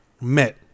met